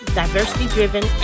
diversity-driven